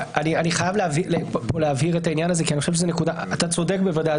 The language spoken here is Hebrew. אתה צודק בוודאי,